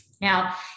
Now